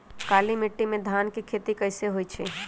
काली माटी में धान के खेती कईसे होइ छइ?